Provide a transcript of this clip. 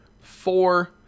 four